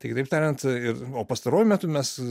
tai kitaip tariant ir o pastaruoju metu mes